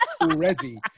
Already